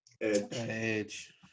Edge